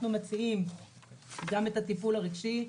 אנחנו מציעים גם את הטיפול הרגשי,